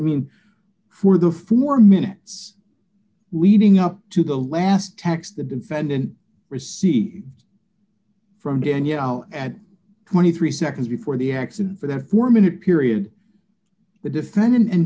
mean for the four minutes leading up to the last text the defendant received from danielle and twenty three seconds before the accident for the foreman to period the defendant and